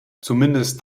zumindest